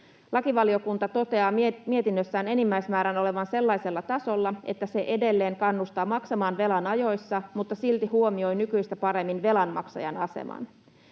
Lakivaliokunta toteaa mietinnössään enimmäismäärän olevan sellaisella tasolla, että se edelleen kannustaa maksamaan velan ajoissa mutta silti huomioi nykyistä paremmin velanmaksajan aseman.